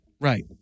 right